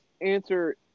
answer